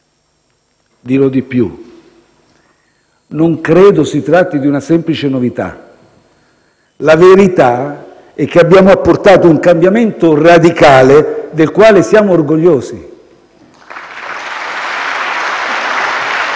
non credo si tratti di una semplice novità. La verità è che abbiamo apportato un cambiamento radicale del quale siamo orgogliosi.